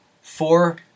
four